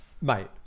mate